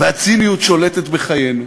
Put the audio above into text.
והציניות שולטת בחיינו,